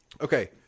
Okay